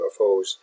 UFOs